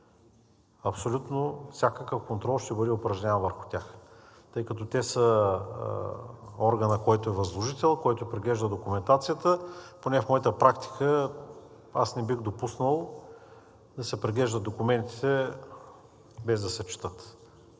Абсолютно всякакъв контрол ще бъде упражняван върху тях, тъй като те са органът, който е възложител и който преглежда документацията, а поне в моята практика аз не бих допуснал да се преглеждат документите, без да се четат.